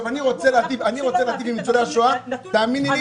אני רוצה להיטיב עם ניצולי השואה, תאמיני לי.